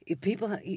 people